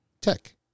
tech